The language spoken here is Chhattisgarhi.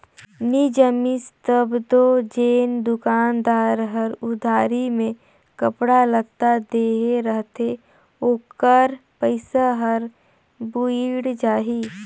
नी जमिस तब दो जेन दोकानदार हर उधारी में कपड़ा लत्ता देहे रहथे ओकर पइसा हर बुइड़ जाही